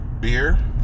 beer